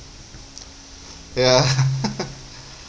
ya